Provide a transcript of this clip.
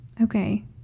Okay